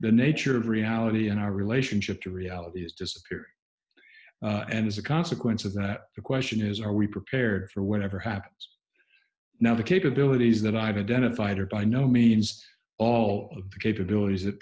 the nature of reality in our relationship to reality is disappearing and as a consequence of that the question is are we prepared for whatever happens now the capabilities that i've identified are by no means all of the capabilities